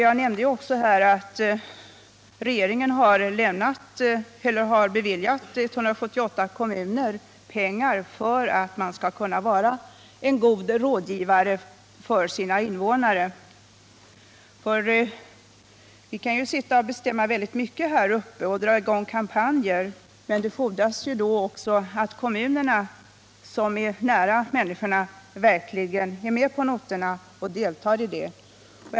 Jag nämnde också att regeringen har beviljat 178 kommuner pengar för att kommunerna skall kunna verka som goda rådgivare åt sina invånare. Vi kan ju sitta och bestämma väldigt mycket här i riksdagen och dra i gång kampanjer, men det fordras då också att kommunerna, som är nära människorna, verkligen är med på noterna och deltar i dessa kampanjer.